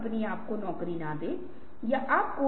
और कौन इसका उपयोग कर सकता है